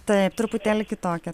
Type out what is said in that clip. taip truputėlį kitokia